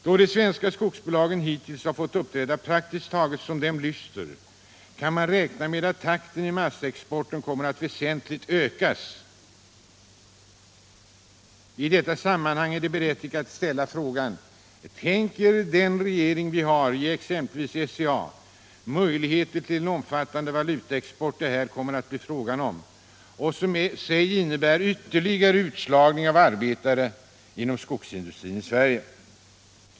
Då de svenska skogsbolagen hittills har fått uppträda praktiskt taget som dem lyster kan man räkna med att takten i massaexporten kommer att väsentligt ökas. I detta sammanhang är det berättigat att ställa frågan: Tänker den regering vi har ge exempelvis SCA möjligheter till den omfattande valutaexport det här kommer att bli fråga om, som i sig innebär ytterligare utslagning av arbetare inom skogsindustrin i Sverige?